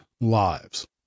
lives